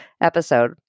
episode